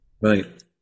Right